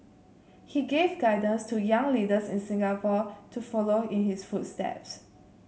he gave guidance to young leaders in Singapore to follow in his footsteps